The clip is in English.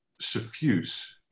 suffuse